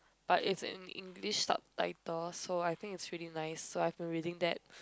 but it's in English subtitle so I think it's really nice so I've been reading that